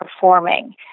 performing